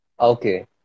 Okay